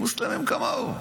מוסלמים כמוהו.